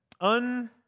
un-